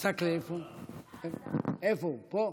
פה?